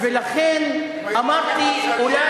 ולכן אמרתי, לא צריך להיות בטייבה בכלל.